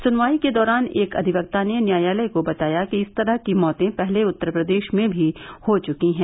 सुनवाई के दौरान एक अधिवक्ता ने न्यायालय को बताया कि इस तरह की मौतें पहले उत्तरप्रदेश में भी हो चुकी हैं